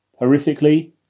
Horrifically